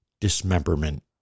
Dismemberment